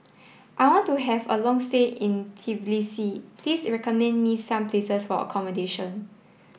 I want to have a long stay in Tbilisi please recommend me some places for accommodation